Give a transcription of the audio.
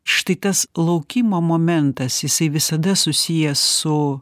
štai tas laukimo momentas jisai visada susijęs su